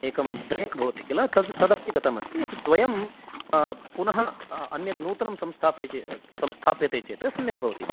एकं ब्रेक् भवति खिल तद् तदपि गतं अस्ति एतद्वयं पुनः अन्यत् नूतनं संस्थापयि संस्थाप्यते चेत् सम्यक् भवति